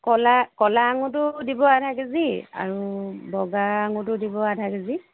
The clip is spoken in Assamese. ক'লা ক'লা আঙুৰটো দিব আধা কেজি আৰু বগা আঙুৰটো দিব আধা কেজি